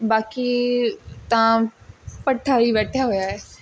ਬਾਕੀ ਤਾਂ ਭੱਠਾ ਹੀ ਬੈਠਿਆ ਹੋਇਆ ਹੈ